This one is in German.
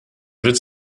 witz